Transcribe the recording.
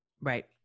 Right